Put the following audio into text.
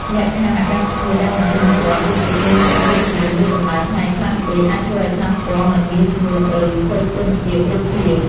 លក្ខខណ្ឌអាកាសធាតុដែលមិនទៀងទាត់ ដូចជាភ្លៀងធ្លាក់ភ្លាមៗ ឬកម្ដៅថ្ងៃខ្លាំងពេក អាចធ្វើឱ្យថ្នាំពណ៌មិនងាយស្ងួត ឬខូចគុណភាពរូបភាព។